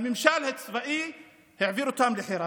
הממשל הצבאי העביר אותם לחיראן.